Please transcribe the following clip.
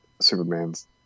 Superman's